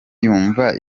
yumva